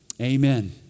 Amen